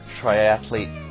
triathlete